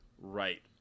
right